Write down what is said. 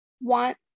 want